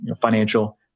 financial